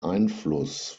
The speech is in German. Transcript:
einfluss